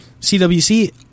CWC